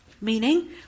Meaning